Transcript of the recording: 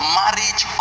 marriage